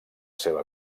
seva